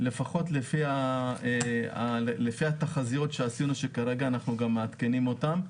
לפחות לפי התחזיות שעשינו שכרגע אנחנו גם מעדכנים אותן,